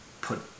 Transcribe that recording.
put